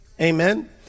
Amen